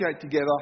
together